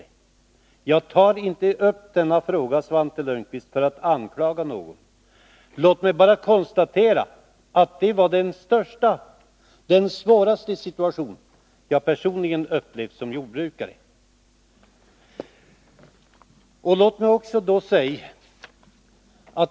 område Jag tar inte upp denna fråga, Svante Lundkvist, för att anklaga någon. Låt mig bara konstatera att det var den svåraste situation jag personligen upplevt som jordbrukare.